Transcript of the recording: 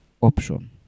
option